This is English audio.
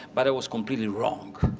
but i was completely wrong.